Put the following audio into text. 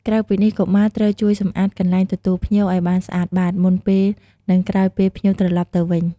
ក្រៅពីនេះ កុមារត្រូវជួយសម្អាតកន្លែងទទួលភ្ញៀវឲ្យបានស្អាតបាត មុនពេល និងក្រោយពេលភ្ញៀវត្រឡប់ទៅវិញ។